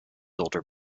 older